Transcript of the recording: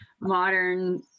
modern